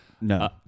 No